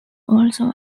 also